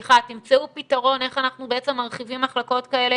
תמצאו פתרון איך אנחנו מרחיבים מחלקות כאלה